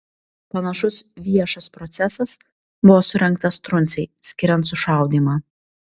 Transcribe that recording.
panašus viešas procesas buvo surengtas truncei skiriant sušaudymą